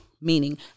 meaning